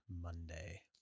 Monday